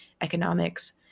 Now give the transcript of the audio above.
economics